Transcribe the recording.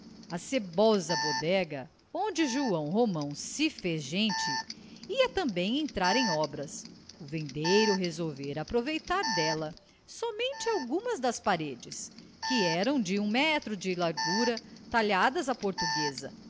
sebosa bodega onde joão romão se fez gente ia também entrar em obras o vendeiro resolvera aproveitar dela somente algumas das paredes que eram de um metro de largura talhadas à portuguesa